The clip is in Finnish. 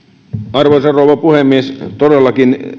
arvoisa rouva puhemies todellakin